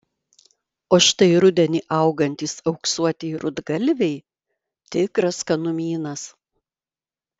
o štai rudenį augantys auksuotieji rudgalviai tikras skanumynas